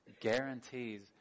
guarantees